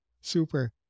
Super